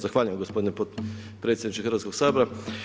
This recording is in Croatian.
Zahvaljujem gospodine potpredsjedniče Hrvatskog sabora.